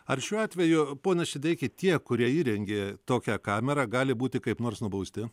ar šiuo atveju pone šideiki tie kurie įrengė tokią kamerą gali būti kaip nors nubausti